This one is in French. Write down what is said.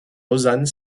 lausanne